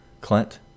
Clint